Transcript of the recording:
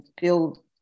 feel